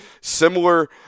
similar